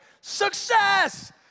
success